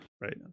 Right